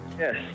Yes